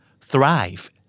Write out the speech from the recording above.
Thrive